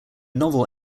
novel